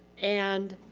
and